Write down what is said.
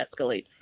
escalates